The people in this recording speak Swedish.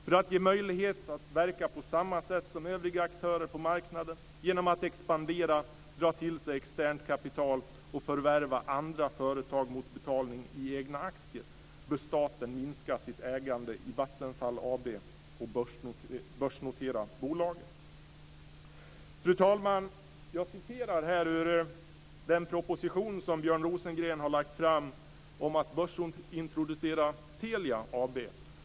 För att ge möjlighet att verka på samma sätt som övriga aktörer på marknaden genom att expandera, dra till sig externt kapital och förvärva andra företag mot betalning i egna aktier bör staten minska sitt ägande i Vattenfall Fru talman! Jag återger här något ur den proposition som Björn Rosengren har lagt fram om att börsintroducera Telia AB.